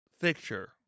fixture